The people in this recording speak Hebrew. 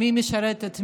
מי משרת את מי?